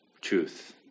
truth